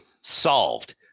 solved